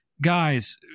Guys